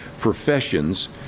professions